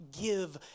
give